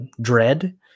dread